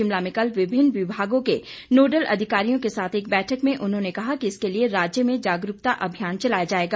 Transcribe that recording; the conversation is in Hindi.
शिमला में कल विभिन्न विभागों के नोडल अधिकारियों के साथ एक बैठक में उन्होंने कहा कि इसके लिए राज्य में जागरूकता अभियान चलाया जाएगा